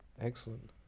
Excellent